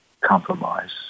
Compromise